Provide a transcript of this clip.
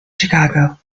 chicago